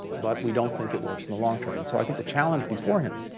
but we don't think it works in the long term. and so i think the challenge before him,